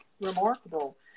remarkable